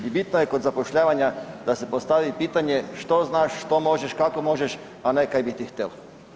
Bitno je kod zapošljavanja da se postavi pitanje što znaš, što možeš, kako možeš, a ne kaj bi ti htel.